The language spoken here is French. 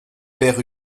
père